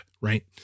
right